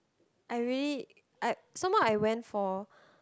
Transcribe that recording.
I really I some more I went for